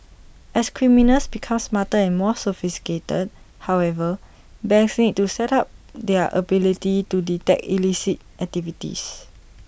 as criminals become smarter and more sophisticated however banks need to step up their ability to detect illicit activities